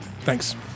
Thanks